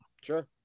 Sure